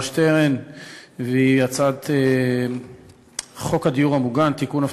שטרן והיא הצעת חוק הדיור המוגן (תיקון,